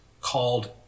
called